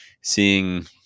seeing